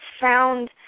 found